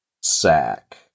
sack